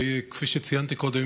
וכפי שציינתי קודם,